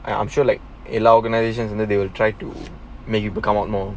and I'm sure like a law organizations and then they will try to make you become out more